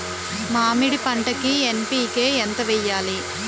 మామిడి పంటకి ఎన్.పీ.కే ఎంత వెయ్యాలి?